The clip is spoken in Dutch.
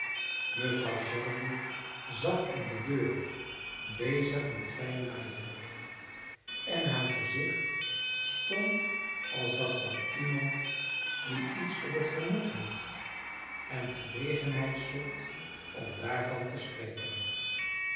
mevrouw shelby zat in de deur bezig met fijn naaiwerk en haar gezicht stond als dat van iemand die iets op het gemoed heeft en gelegenheid zoekt om daarvan te spreken